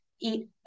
eat